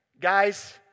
Guys